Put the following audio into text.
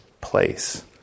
place